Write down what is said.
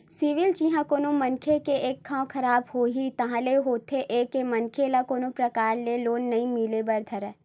CIBIL जिहाँ कोनो मनखे के एक घांव खराब होइस ताहले होथे ये के मनखे ल कोनो परकार ले लोन नइ मिले बर धरय